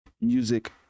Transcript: music